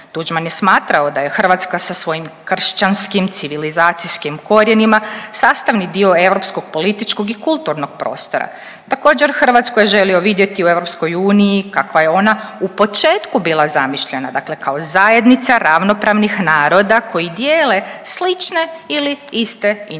Tuđman je smatrao da je Hrvatska sa svojim kršćanskim, civilizacijskim korijenima sastavni dio europskog političkog i kulturnog prostora, također Hrvatsku je želio vidjeti u EU kakva je ona u početku bila zamišljena, dakle kao zajednica ravnopravnih naroda koji dijele slične ili iste interese,